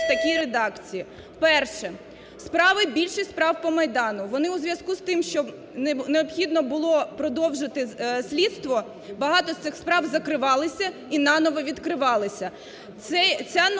такій редакції. Перше. Справи, більшість справ по Майдану, вони у зв'язку з тим, що необхідно було продовжити слідство, багато з цих справ закривалися і наново відкривалися. Ця норма,